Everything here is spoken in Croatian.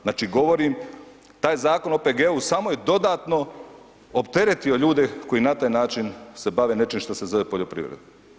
Znači govorim, taj Zakon o OPG-u samo je dodatno opteretio ljude koji na taj način se bave nečim što se zove poljoprivreda.